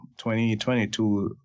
2022